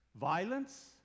violence